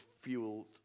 fueled